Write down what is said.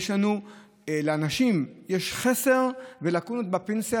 לאנשים יש חסר ולקונות בפנסיה,